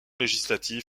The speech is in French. législatives